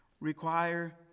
require